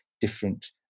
different